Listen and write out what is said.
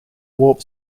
warp